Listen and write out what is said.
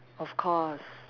of course